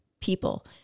people